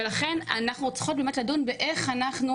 ולכן אנחנו צריכות באמת לדון באיך אנחנו